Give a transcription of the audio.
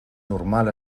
normal